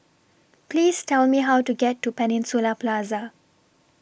Please Tell Me How to get to Peninsula Plaza